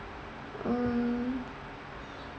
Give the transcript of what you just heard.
mm